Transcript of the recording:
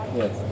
yes